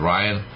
Ryan